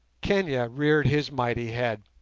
kenia reared his mighty head,